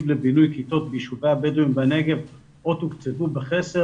לבינוי כיתות ביישובי הבדואים בנגב או תוקצבו בחסר.